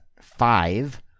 five